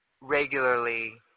regularly